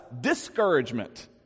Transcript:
discouragement